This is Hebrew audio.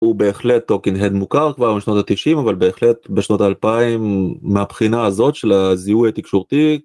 הוא בהחלט טוקין הד מוכר כבר משנות התשעים אבל בהחלט בשנות האלפיים מהבחינה הזאת של הזיהוי התקשורתי.